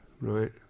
right